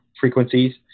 frequencies